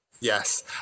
Yes